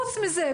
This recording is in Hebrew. חוץ מזה,